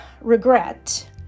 regret